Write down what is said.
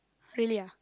really ah